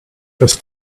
das